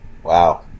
Wow